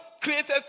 created